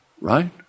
Right